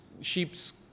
sheep's